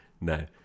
No